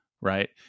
right